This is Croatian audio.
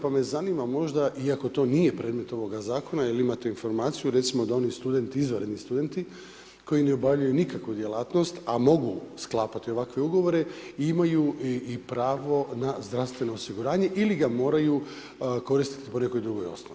Pa me zanima možda iako to nije predmet ovoga zakona jer imate informaciju recimo da oni studenti, izvanredni studenti koji ne obavljaju nikakvu djelatnost a mogu sklapati ovakve ugovore imaju i pravo na zdravstveno osiguranje ili ga moraju koristiti po nekoj drugoj osnovi.